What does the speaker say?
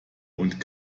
und